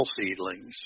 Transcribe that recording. seedlings